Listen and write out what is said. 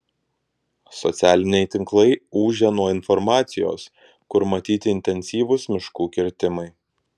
socialiniai tinklai ūžia nuo informacijos kur matyti intensyvūs miškų kirtimai